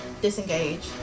disengage